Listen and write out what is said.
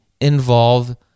involve